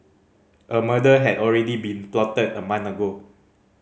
a murder had already been plotted a month ago